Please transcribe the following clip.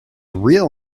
real